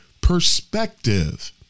perspective